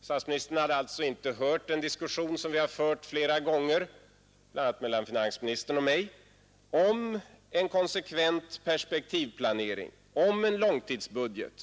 Statsministern hade alltså inte hört den diskussion som förts här flera gånger, bl.a. mellan finansministern och mig, om en konsekvent perspektivplanering och om en långtidsbudget.